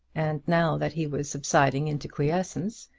and now that he was subsiding into quiescence,